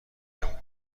نبود